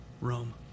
Rome